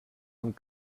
amb